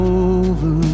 over